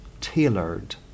tailored